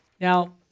Now